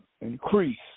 increase